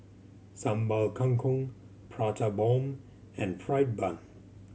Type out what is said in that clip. Sambal Kangkong Prata Bomb and fried bun